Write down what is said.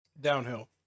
downhill